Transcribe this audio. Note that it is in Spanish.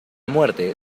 muerte